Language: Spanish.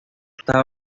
esta